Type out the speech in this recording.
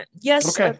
Yes